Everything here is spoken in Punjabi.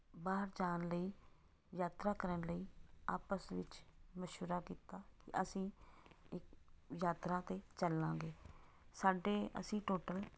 ਬਾਹਰ ਜਾਣ ਲਈ ਯਾਤਰਾ ਕਰਨ ਲਈ ਆਪਸ ਵਿੱਚ ਮਸ਼ਵਰਾ ਕੀਤਾ ਅਸੀਂ ਇੱਕ ਯਾਤਰਾ 'ਤੇ ਚੱਲਾਂਗੇ ਸਾਡੇ ਅਸੀਂ ਟੋਟਲ